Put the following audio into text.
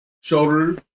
shoulder